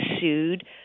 sued